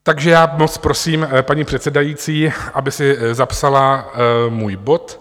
Takže já moc prosím paní předsedající, aby si zapsala můj bod.